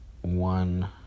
one